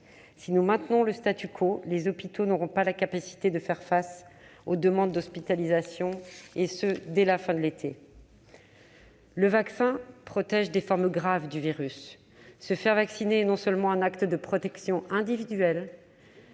Si nous maintenons le, les hôpitaux n'auront pas la capacité de faire face aux demandes d'hospitalisation, et ce dès la fin de l'été. Le vaccin protège des formes graves du virus. Se faire vacciner est non seulement un acte de protection individuelle,